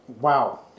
Wow